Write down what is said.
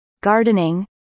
gardening